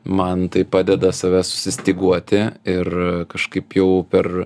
man tai padeda save susistyguoti ir kažkaip jau per